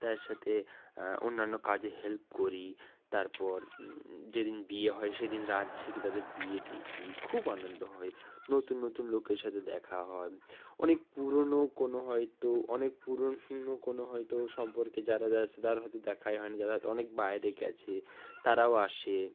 তাদের সাতে অন্যান্য কাজে হেল্প করি তারপর যেদিন বিয়ে হয় সেদিন রাত জেগে তাদের বিয়ে দেখি খুব আনন্দ হয় নতুন নতুন লোকের সাথে দেখা হয় অনেক পুরোনো কোনো হয়তো অনেক পুরোনো কোনো হয়তো সম্পর্কে যারা যারা আসে তার হয়তো দেখাই হয় না যারা হয়তো অনেক বাইরে গেছে তারাও আসে